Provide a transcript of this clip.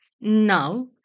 Now